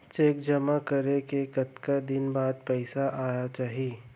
Cheque जेमा करें के कतका दिन बाद पइसा आप ही?